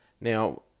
Now